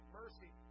mercy